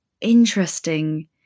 interesting